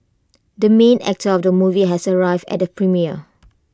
the main actor of the movie has arrived at the premiere